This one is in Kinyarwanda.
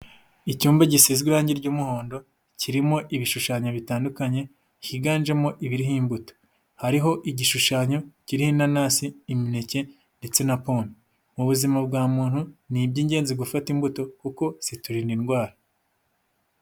Icyumba gisizwe irangi ry'umuhondo kirimo ibishushanyo bitandukanye higanjemo ibiriho imbuto. Hariho igishushanyo kiriho inanasi, imineke ndetse na pome. Mu buzima bwa muntu ni iby'ingenzi gufata imbuto kuko ziturinda indwara.